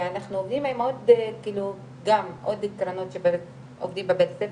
ואנחנו עובדים גם עוד קרנות שעובדים בבית ספר,